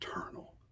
eternal